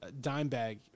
Dimebag